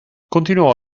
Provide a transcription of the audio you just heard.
continuò